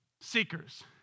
Seekers